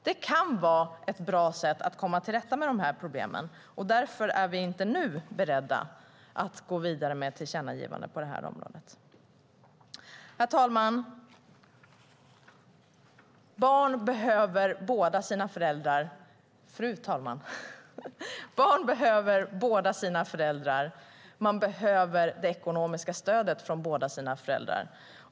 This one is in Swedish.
Det kan vara ett bra sätt att komma till rätta med problemen. Därför är vi inte nu beredda att gå vidare med ett tillkännagivande på det här området. Fru talman! Barn behöver båda sina föräldrar. Man behöver det ekonomiska stödet från båda sina föräldrar.